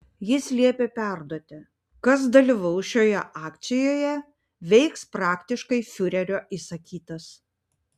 jis liepė perduoti kas dalyvaus šioje akcijoje veiks praktiškai fiurerio įsakytas